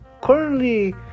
currently